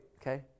okay